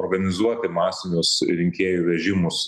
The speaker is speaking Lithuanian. organizuoti masinius rinkėjų vežimus